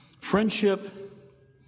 Friendship